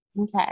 Okay